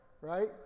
right